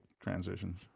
transitions